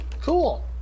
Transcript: Cool